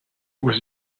was